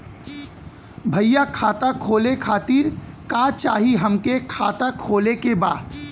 भईया खाता खोले खातिर का चाही हमके खाता खोले के बा?